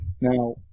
Now